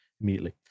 immediately